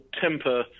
temper